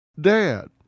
Dad